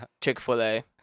Chick-fil-A